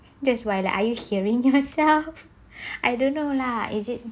just why are you hearing you yourself I don't know lah is it